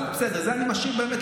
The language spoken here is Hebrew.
אבל בסדר, את זה אני באמת משאיר לכם.